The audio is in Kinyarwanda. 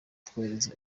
twohereza